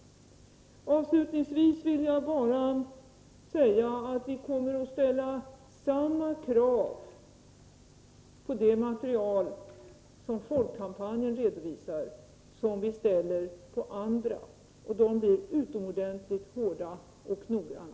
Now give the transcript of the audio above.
Avslutningsvis vill jag bara säga att vi kommer att ställa samma krav på det material som Folkkampanjen redovisar som vi ställer på andra. Kraven blir utomordentligt hårda och noggranna.